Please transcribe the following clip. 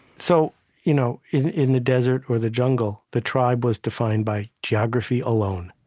so you know in in the desert or the jungle, the tribe was defined by geography alone.